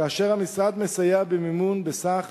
כאשר המשרד מסייע במימון בסך